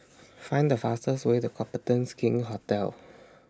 Find The fastest Way to Copthorne's King's Hotel